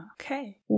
Okay